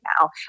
now